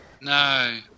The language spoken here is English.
no